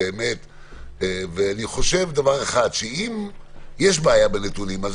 אם יש בעיה בנתונים,